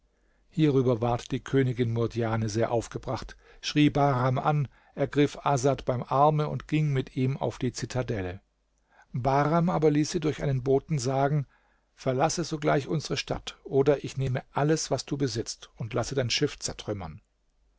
hierüber ward die königin murdjane sehr aufgebracht schrie bahram an ergriff asad beim arme und ging mit ihm auf die zitadelle bahram aber ließ sie durch einen boten sagen verlasse sogleich unsere stadt oder ich nehme alles was du besitzt und lasse dein schiff zertrümmern